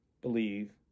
Believe